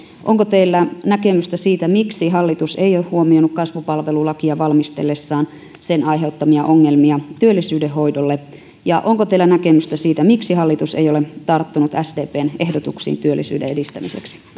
onko teillä näkemystä siitä miksi hallitus ei ole huomioinut kasvupalvelulakia valmistellessaan sen aiheuttamia ongelmia työllisyyden hoidolle ja onko teillä näkemystä siitä miksi hallitus ei ole tarttunut sdpn ehdotuksiin työllisyyden edistämiseksi